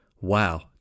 Wow